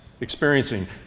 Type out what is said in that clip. experiencing